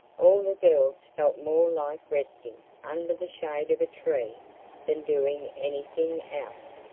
all the girls felt more like resting under the shade of a tree than doing anything else,